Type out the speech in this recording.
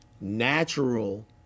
natural